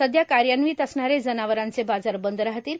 सध्या कार्यान्वीत असणारे जनावरांचे बाजार बंद राहतील